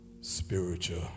spiritual